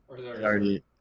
Already